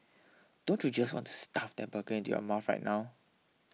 don't you just want to stuff that burger into your mouth right now